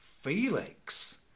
Felix